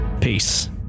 Peace